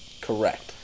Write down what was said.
Correct